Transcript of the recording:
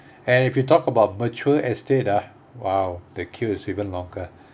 and if you talk about mature estate ah !wow! the queue is even longer